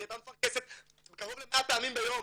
היא הייתה מפרכסת קרוב ל-100 פעמים ביום.